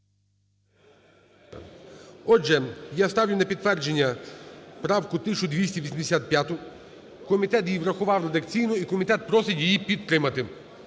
Отже, я ставлю на підтвердження правку 1285. Комітет її врахував редакційно і комітет просить її підтримати.